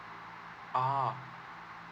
ah